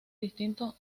distintos